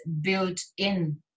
built-in